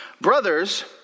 Brothers